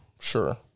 Sure